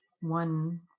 one